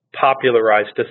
popularized